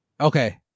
Okay